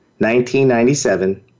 1997